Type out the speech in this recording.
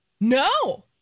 No